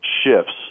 shifts